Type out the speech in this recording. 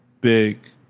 big